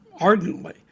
ardently